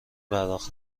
پرداخت